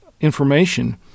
information